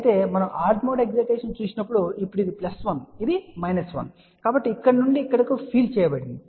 అయితే మనము odd mode excitation చూసినప్పుడు ఇప్పుడు ఇది ప్లస్ 1 ఇది మైనస్ 1 ఇలా చెప్పండి కాబట్టి ఇక్కడ నుండి ఇక్కడకు ఫీల్డ్ ఉంటుంది